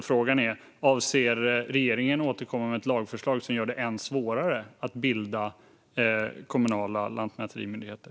Frågan är alltså: Avser regeringen att återkomma med ett lagförslag som gör det än svårare att bilda kommunala lantmäterimyndigheter?